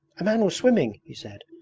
a man was swimming. he said,